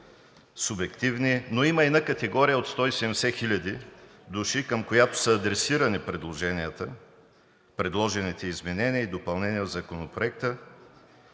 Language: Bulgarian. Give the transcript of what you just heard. субективни, но има една категория от 170 хиляди души, към която са адресирани предложените изменения и допълнения в Законопроекта.